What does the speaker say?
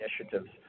initiatives